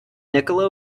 nikola